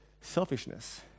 selfishness